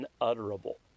unutterable